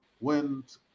went